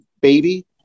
baby